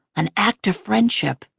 an act of friendship.